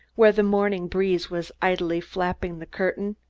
where the morning breeze was idly flapping the curtain,